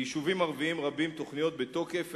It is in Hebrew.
ליישובים ערביים רבים תוכניות בתוקף,